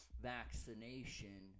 vaccination